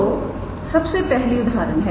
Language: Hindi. तो सबसे पहली उदाहरण है